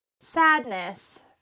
Sadness